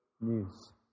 news